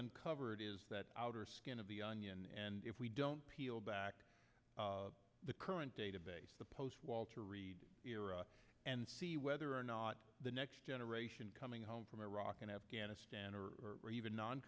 uncovered is that outer skin of the onion and if we don't peel back the current database the post walter reed and see whether or not the next generation coming home from iraq and afghanistan or even non